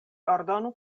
ordonu